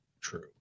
true